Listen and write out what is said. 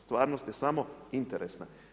Stvarnost je samo interesna.